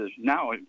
Now